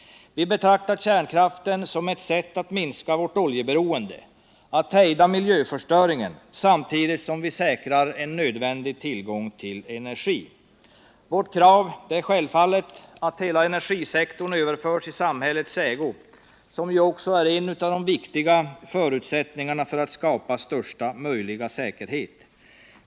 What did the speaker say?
Vi betraktar kärnkraften som ett sätt att minska vårt oljeberoende, att hejda miljöförstöringen samtidigt som vi säkrar en nödvändig tillgång till energi. Vårt krav är självfallet att hela energisektorn överförs i samhällets ägo, vilket också är en av de viktiga förutsättningarna för att skapa största möjliga säkerhet.